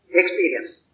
experience